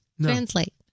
Translate